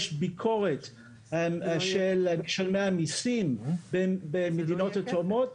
יש ביקורת של משלמי המסים של המדינות התורמות,